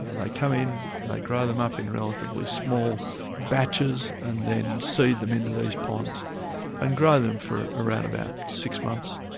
they come in, they grow them up in relatively small batches, and then seed them into these ponds and grow them for around about six months,